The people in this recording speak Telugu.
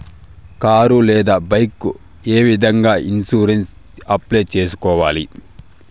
కారు లేదా బైకు ఏ విధంగా ఇన్సూరెన్సు అప్లై సేసుకోవాలి